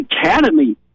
Academy